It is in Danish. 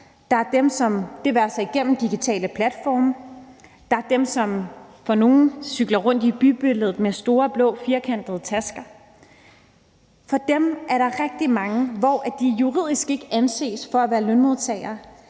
eksempler; det kan være igennem digitale platforme. Der er dem, som cykler rundt i bybilledet med store blå firkantede tasker. For deres vedkommende er der rigtig mange, som juridisk ikke anses for at være lønmodtagere,